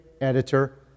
editor